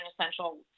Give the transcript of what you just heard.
essential